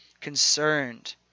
concerned